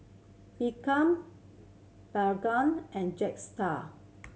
and Jetstar